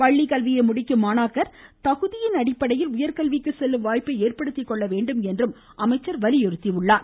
பள்ளிகல்வியை முடிக்கும் மாணாக்கர் தகுதி அடிப்படையில் உயர்கல்விக்குச் செல்லும் வாய்ப்பை ஏற்படுத்திக் கொள்ளவேண்டும் எனவும் அமைச்சர் வலியுறுத்தினார்